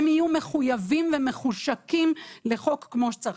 הם יהיו מחויבים ומחושקים לחוק כמו שצריך.